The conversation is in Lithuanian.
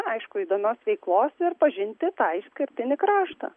aišku įdomios veiklos ir pažinti tą išskirtinį kraštą